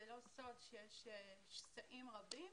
זה לא סוד שיש שסעים רבים,